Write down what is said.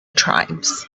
tribes